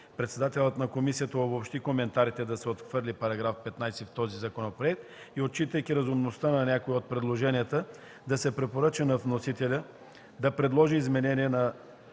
Председателят на комисията обобщи коментарите да се отхвърли § 15 в този законопроект и отчитайки разумността на някои от предложенията, да се препоръча на вносителя да предложи изменения на